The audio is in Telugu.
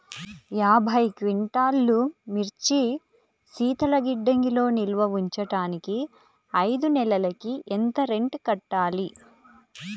యాభై క్వింటాల్లు మిర్చి శీతల గిడ్డంగిలో నిల్వ ఉంచటానికి ఐదు నెలలకి ఎంత రెంట్ కట్టాలి?